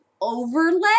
overlay